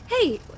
Hey